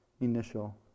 initial